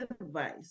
advice